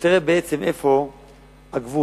תראה בעצם איפה הגבול,